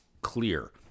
clear